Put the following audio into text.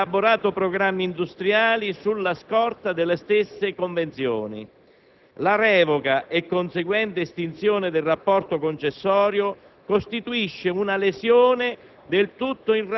Tutte hanno assunto obbligazioni, elaborato programmi industriali sulla scorta delle stesse convenzioni. La revoca e la conseguente estinzione del rapporto concessorio